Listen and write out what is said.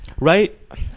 Right